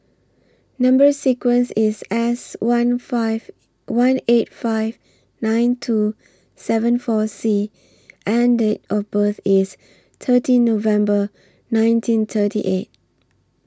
Number sequence IS S one five one eight five nine two seven four C and Date of birth IS thirteen November nineteen thirty eight